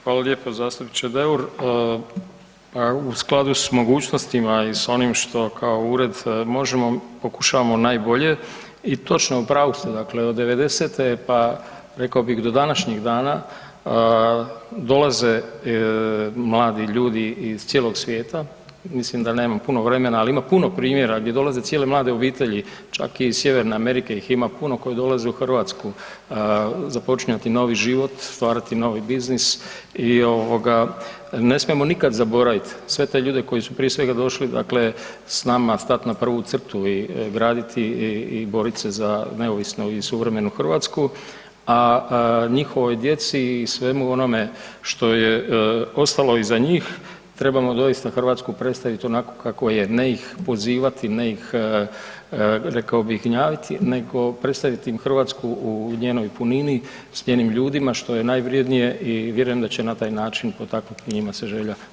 Hvala lijepo, zastupniče Deur. … svakako da se ta U skladu s mogućnostima i s onim što kao ured možemo, pokušavamo najbolje i točno, u pravu ste, dakle od '90. pa rekao bi do današnjih dana, dolaze mladi ljudi iz cijelog svijeta, mislim da nemam puno vremena ali puno primjera gdje dolaze cijele mlade obitelji, čak i iz Sjeverne Amerike ih ima puno koji dolaze u Hrvatsku započinjati novi život, stvarati novi biznis i ne smijemo nikad zaboraviti sve te ljude koji su prije svega došli dakle s nama, stat na prvu crtu i boriti se za neovisnu i suvremenu Hrvatsku a njihovoj djeci svemu onome što je ostalo iza njih, trebamo doista Hrvatsku predstaviti onako kako je, ne ih pozivati, ne ih rekao bih, gnjaviti nego predstaviti im Hrvatsku u njenoj punini, s njenim ljudima, što je najvrijednije i vjerujem da će na taj način potaknuti njima se želja za povratkom.